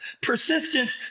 Persistence